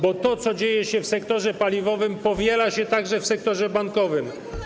Bo to, co dzieje się w sektorze paliwowym, powiela się w sektorze bankowym.